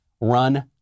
Run